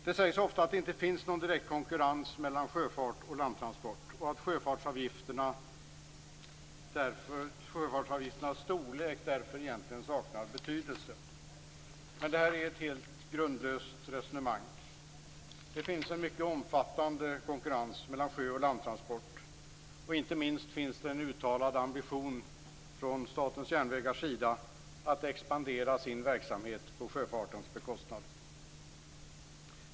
Det sägs ofta att det inte finns någon direkt konkurrens mellan sjöfart och landtransport och att sjöfartsavgifternas storlek därför egentligen saknar betydelse. Men det är ett helt grundlöst resonemang. Det finns en mycket omfattande konkurrens mellan sjöoch landtransport. Inte minst finns det en uttalad ambition från Statens järnvägars sida att expandera sin verksamhet på sjöfartens bekostnad.